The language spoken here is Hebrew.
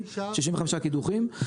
65 קידוחים,